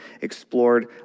explored